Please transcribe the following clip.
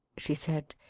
she said.